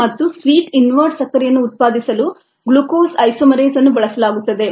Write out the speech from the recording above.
ಮತ್ತು sweet invert ಸಕ್ಕರೆಯನ್ನು ಉತ್ಪಾದಿಸಲು ಗ್ಲೂಕೋಸ್ ಐಸೋಮರೇಸ್ಅನ್ನು ಬಳಸಲಾಗುತ್ತದೆ